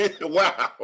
Wow